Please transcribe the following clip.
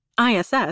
ISS